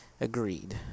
agreed